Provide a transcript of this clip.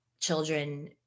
children